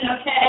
okay